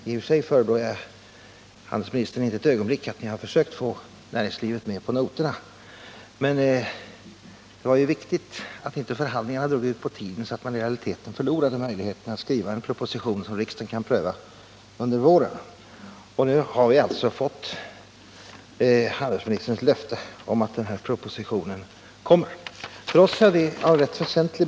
I och för sig förebrår jag inte ett ögonblick handelsministern för att ni har försökt få näringslivet med på noterna, men det var viktigt att förhandlingarna inte drog ut på tiden så att regeringen i realiteten förlorade möjligheten att skriva en proposition som riksdagen kan pröva under våren. Nu har vi alltså fått handelsministerns löfte om att denna proposition kommer. För oss var detta rätt väsentligt.